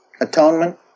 atonement